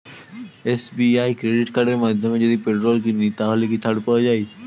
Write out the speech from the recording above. SBI credit কার্ডের মাধ্যমে যদি পেট্রোল কিনি তাহলে কি ছাড় পাওয়া যায়?